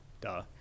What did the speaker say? duh